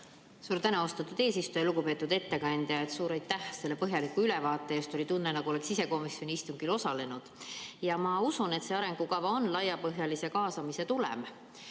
Suur tänu, austatud eesistuja! Lugupeetud ettekandja, suur aitäh selle põhjaliku ülevaate eest! Oli tunne, nagu oleksin ise komisjoni istungil osalenud. Ma usun, et see arengukava on laiapõhjalise kaasamise tulem.